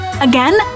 Again